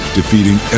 defeating